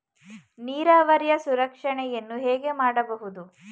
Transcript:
ನೀರಾವರಿಯ ಸಂರಕ್ಷಣೆಯನ್ನು ಹೇಗೆ ಮಾಡಬಹುದು?